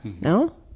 no